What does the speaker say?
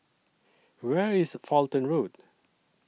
Where IS Fulton Road